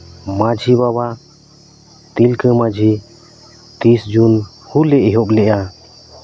ᱢᱟᱹᱡᱷᱤ ᱵᱟᱵᱟ ᱛᱤᱞᱠᱟᱹ ᱢᱟᱹᱡᱷᱤ ᱛᱤᱥ ᱡᱩᱱ ᱦᱩᱞᱮ ᱮᱦᱚᱵ ᱞᱮᱫᱼᱟ